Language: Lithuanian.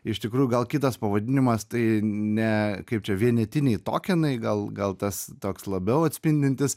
iš tikrųjų gal kitas pavadinimas tai ne kaip čia vienetiniai tokianai gal gal tas toks labiau atspindintis